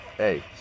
Hey